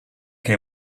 che